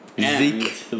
Zeke